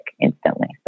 instantly